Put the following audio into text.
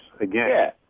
again